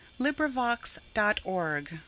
LibriVox.org